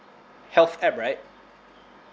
health app right